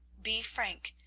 be frank,